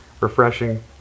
refreshing